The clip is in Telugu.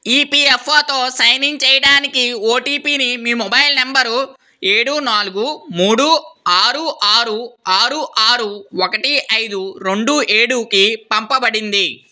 ఈపిఎఫ్ఓతో సైన్ ఇన్ చేయడానికి ఓటీపీని మీ మొబైల్ నంబరు ఏడు నాలుగు మూడు ఆరు ఆరు ఆరు ఆరు ఒకటి ఐదు రెండు ఏడుకి పంపబడింది